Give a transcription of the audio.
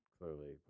clearly